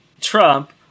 trump